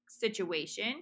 situation